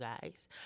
guys